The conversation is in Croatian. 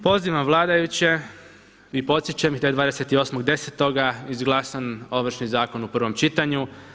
Pozivam vladajuće i podsjećam ih da je 28.10. izglasan Ovršni zakon u prvom čitanju.